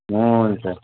हुन्छ